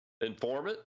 informant